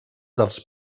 dels